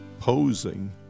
posing